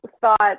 thought